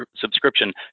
subscription